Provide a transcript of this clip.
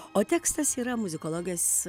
o tekstas yra muzikologės